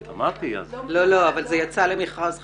אמרתי, אז --- לא, אבל זה יצא למכרז חיצוני,